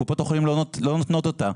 קופות החולים לא נותנות אותו,